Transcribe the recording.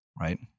right